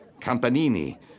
Campanini